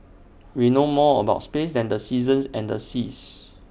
we know more about space than the seasons and the seas